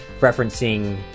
referencing